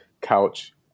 couch